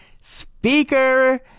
speaker